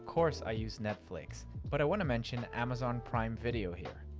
course i use netflix, but i want to mention amazon prime video here.